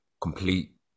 complete